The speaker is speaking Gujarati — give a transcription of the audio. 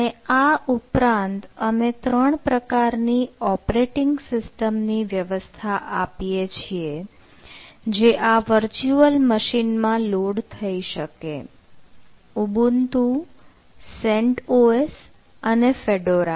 અને આ ઉપરાંત અમે ત્રણ પ્રકારની ઓપરેટિંગ સિસ્ટમ ની વ્યવસ્થા આપીએ છીએ જે આ વર્ચ્યુઅલ મશીન માં લોડ થઈ શકે Ubuntu CentOS અને Fedora